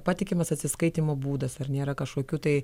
patikimas atsiskaitymo būdas ar nėra kažkokių tai